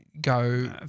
go